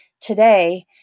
today